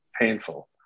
painful